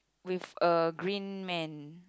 with a green man